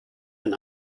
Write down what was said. ein